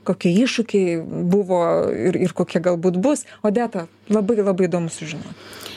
kokie iššūkiai buvo ir ir kokie galbūt bus odeta labai labai įdomu sužinot